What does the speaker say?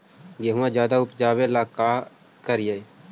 गेहुमा ज्यादा उपजाबे ला की कर हो?